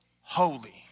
holy